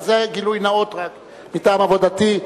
זה היה גילוי נאות מטעם עבודתי.